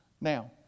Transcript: Now